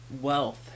wealth